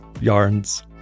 yarns